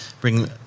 bring